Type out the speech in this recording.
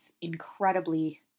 incredibly